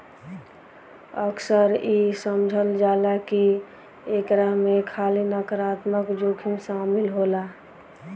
अक्सर इ समझल जाला की एकरा में खाली नकारात्मक जोखिम शामिल होला